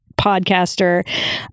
podcaster